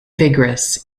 vigorous